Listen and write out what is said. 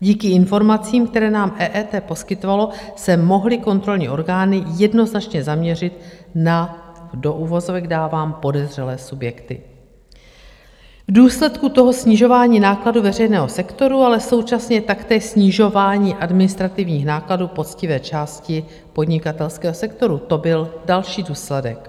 Díky informacím, které nám EET poskytovalo, se mohly kontrolní orgány jednoznačně zaměřit na do uvozovek dávám podezřelé subjekty, v důsledku toho snižování nákladů veřejného sektoru, ale současně taktéž snižování administrativních nákladů poctivé části podnikatelského sektoru, to byl další důsledek.